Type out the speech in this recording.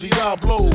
Diablo